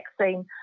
vaccine